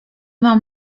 mam